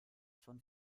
von